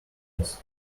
pass